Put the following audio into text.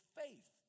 faith